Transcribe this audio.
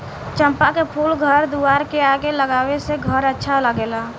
चंपा के फूल घर दुआर के आगे लगावे से घर अच्छा लागेला